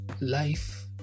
life